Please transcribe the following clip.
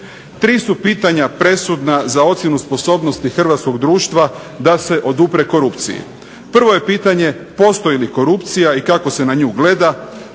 Tri su pitanja presudna za ocjenu sposobnosti hrvatskog društva da se odupre korupciji. Prvo je pitanje postoji li korupcija i kako se na nju gleda,